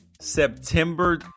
September